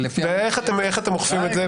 ואיך אתם אוכפים את זה?